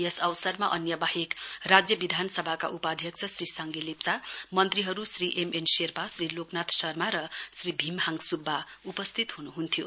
यस अवसरमा अन्य बाहेक राज्य विधानसभाका उपाध्यक्ष श्री साङ्गे लेप्चा मन्त्रीहरू श्री एमएन शेर्पा श्री लोकनाथ शर्मा र श्री भीमहाङ सुब्बा उपस्थित हुनुहन्थ्यो